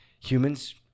humans